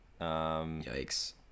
yikes